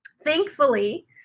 thankfully